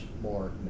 more